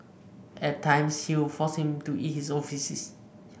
at times he would force him to eat his own faeces